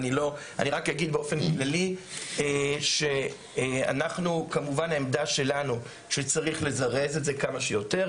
אני רק אגיד באופן כללי שכמובן העמדה שלנו שצריך לזרז את זה כמה שיותר.